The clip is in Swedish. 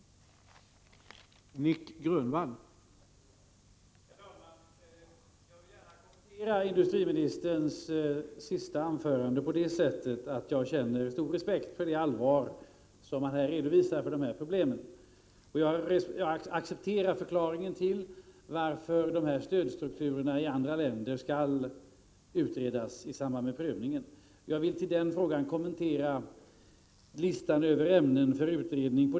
Är man beredd till det?